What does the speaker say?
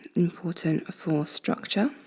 important for structure.